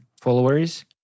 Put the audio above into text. followers